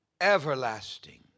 everlasting